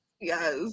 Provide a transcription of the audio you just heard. Yes